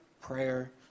prayer